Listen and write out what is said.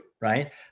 right